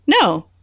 No